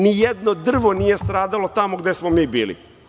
Ni jedno drvo nije stradalo tamo gde smo mi bili.